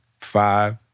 five